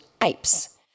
apes